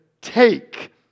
take